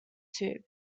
tube